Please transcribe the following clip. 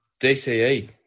DCE